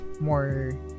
More